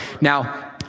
now